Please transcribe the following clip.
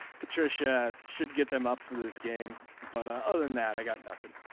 patricia should get them up for this game. but other than that i got nothing.